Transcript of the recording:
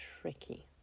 tricky